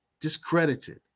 discredited